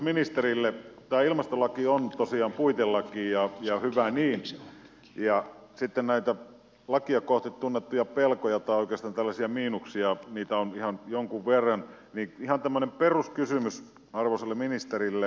tämä ilmastolaki on tosiaan puitelaki ja hyvä niin ja sitten näitä lakia kohtaan tunnettuja pelkoja tai oikeastaan tällaisia miinuksia on ihan jonkun verran joten ihan tämmöinen peruskysymys arvoisalle ministerille